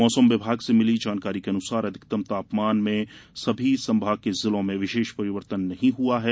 मौसम विभाग से मिली जानकारी के अनुसार अधिकतम तापमान में सभी संभाग के जिलों में विशेष परिवर्तन नहीं हुआ है